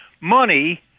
money